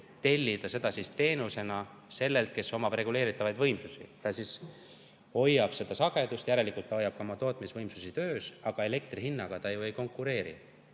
tellida teenust sellelt, kes omab reguleeritavaid võimsusi. Ta hoiab vajalikku sagedust, järelikult ta hoiab ka oma tootmisvõimsusi töös, aga elektri hinnaga ta ei konkureeri.